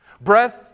Breath